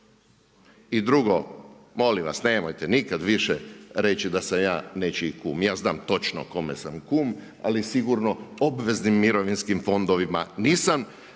I drugo, molim vas, nemojte nikada više reći da sam ja nečiji kum. Ja znam točno kome sam kum, ali sigurno obveznim mirovinskim fondovima, nisam.